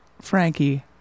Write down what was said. Frankie